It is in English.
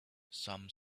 some